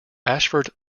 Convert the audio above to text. ashford